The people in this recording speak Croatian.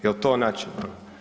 Jel' to način?